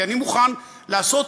כי אני מוכן לעשות